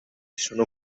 sono